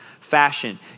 fashion